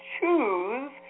choose